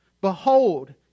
Behold